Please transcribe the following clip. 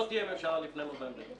לא תהיה ממשלה לפני נובמבר.